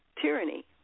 tyranny